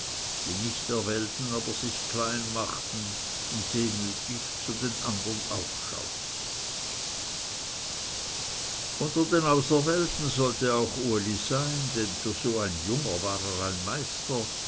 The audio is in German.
die nichterwählten aber sich klein machten und demütig zu den andern aufschauten unter den auserwählten sollte auch uli sein denn für so ein junger war er ein meister